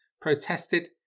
protested